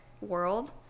world